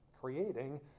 creating